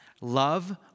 Love